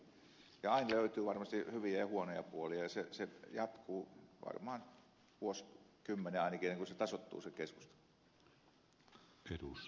aina löytyy varmasti hyviä ja huonoja puolia ja se keskustelu jatkuu varmaan vuosikymmenen ennen kuin tasoittuu